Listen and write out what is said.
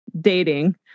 dating